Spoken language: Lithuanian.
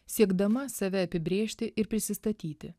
siekdama save apibrėžti ir prisistatyti